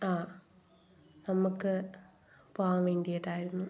ആ നമുക്ക് പോകാൻ വേണ്ടീട്ടായിരുന്നു